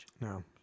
No